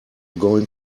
going